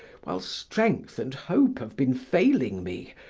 while strength and hope have been failing me,